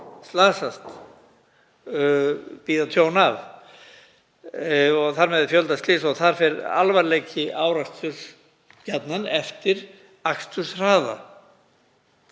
slasast, bíða tjón af, og þar með á fjölda slysa. Þar fer alvarleiki áreksturs gjarnan eftir aksturshraða.